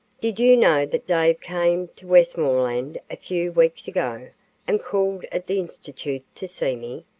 did you know that dave came to westmoreland a few weeks ago and called at the institute to see me?